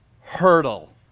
hurdle